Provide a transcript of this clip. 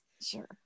sure